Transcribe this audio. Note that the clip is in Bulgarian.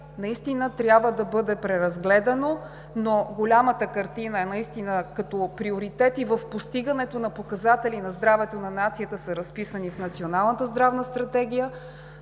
стратегия, трябва да бъде преразгледано, но голямата картина е наистина като приоритет, и в постигането на показатели на здравето на нацията са разписани в Националната здравна стратегия.